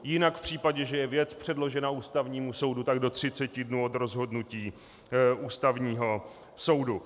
Jinak v případě, že je věc předložena Ústavnímu soudu, tak do 30 dnů od rozhodnutí Ústavního soudu.